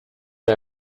and